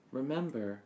remember